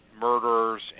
murderers